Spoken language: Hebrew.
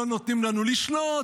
לא נותנים לנו לשלוט,